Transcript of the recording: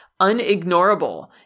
unignorable